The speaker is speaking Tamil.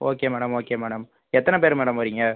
ஓகே மேடம் ஓகே மேடம் எத்தனை பேர் மேடம் வர்றீங்க